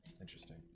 Interesting